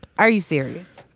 are you serious?